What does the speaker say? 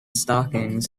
stockings